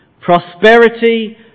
prosperity